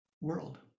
world